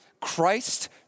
Christ